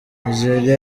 nigeria